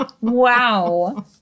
Wow